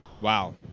Wow